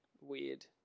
weird